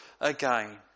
again